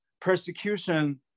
persecution